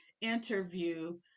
interview